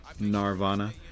narvana